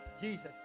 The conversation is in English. jesus